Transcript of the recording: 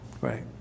right